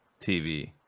TV